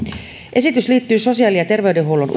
esitys liittyy sosiaali ja terveydenhuollon